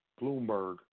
Bloomberg